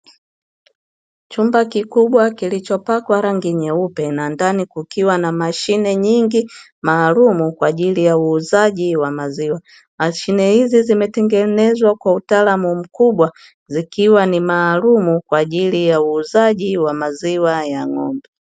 Chumba kikubwa kilichopakwa rangi nyeupe na ndani kukiwa na mashine nyingi maalumu kwa ajilli ya uuzaji wa maziwa. Mashine hizi zimetengenezwa kwa utaalamu mkubwa, zikiwa ni maalumu kwa ajili ya uuzaji wa maziwa ya ng'ombe.